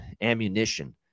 ammunition